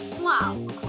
Wow